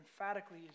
emphatically